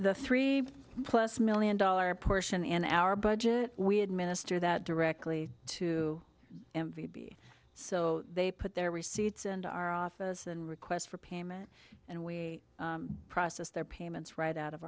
the three plus million dollar portion in our budget we administer that directly to m v p so they put their receipts into our office and requests for payment and we process their payments right out of